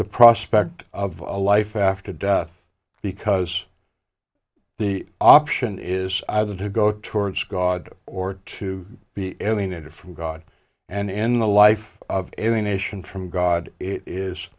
the prospect of a life after death because the option is either to go towards god or to be alienated from god and in the life of the nation from god it is